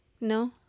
No